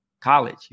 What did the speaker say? college